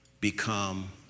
become